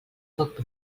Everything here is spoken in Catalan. poc